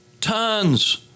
tons